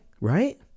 right